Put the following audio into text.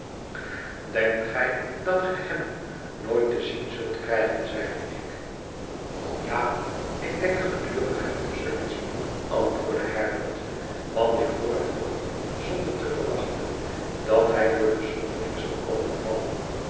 denkt gij dat ge hem nooit te zien zultkrijgen zeide ik ja ik denk gedurig hem te zullen zien antwoordde herbert want ik hoor hem nooit zonder te verwachten dat hij door de zoldering zal komen vallen